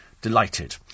Delighted